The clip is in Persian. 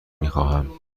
میخواهم